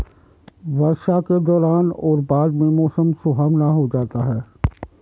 वर्षा के दौरान और बाद में मौसम सुहावना हो जाता है